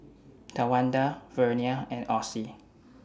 Tawanda Vernia and Ossie